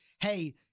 hey